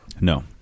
No